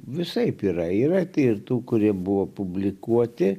visaip yra yra ir tų kurie buvo publikuoti